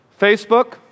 Facebook